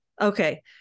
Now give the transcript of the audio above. Okay